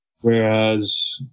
Whereas